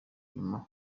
inyuma